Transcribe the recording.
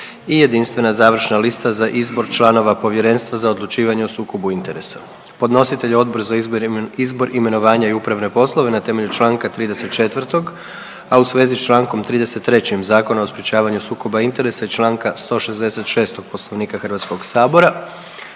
i Jedinstvena završna lista za izbor članova Povjerenstva za odlučivanje o sukobu interesa. Podnositelj je Odbor za izbor, imenovanja i upravne poslove na temelju čl. 34., a u svezi s čl. 33. Zakona o sprječavanju sukoba interesa i čl. 166. Poslovnika HS. Molio